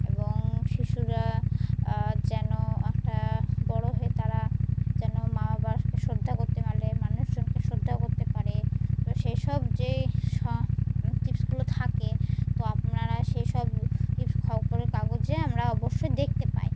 এবং শিশুরা যেন একটা বড় হয়ে তারা যেন মা বাবাকে শ্রদ্ধা করতে পারে মানুষজনকে শ্রদ্ধা করতে পারে তো সেই সব যেই স টিপসগুলো থাকে তো আপনারা সেই সব টিপস খবরের কাগজে আমরা অবশ্যই দেখতে পাই